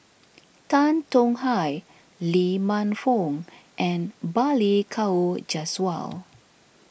Tan Tong Hye Lee Man Fong and Balli Kaur Jaswal